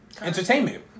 entertainment